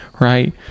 right